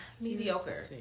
mediocre